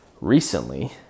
recently